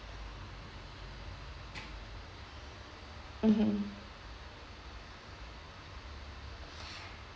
mmhmm